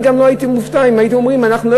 אני גם לא הייתי מופתע אם הייתם אומרים: אנחנו לא